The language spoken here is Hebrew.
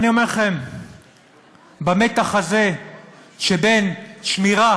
במתח הזה שבין שמירה